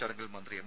ചടങ്ങിൽ മന്ത്രി എം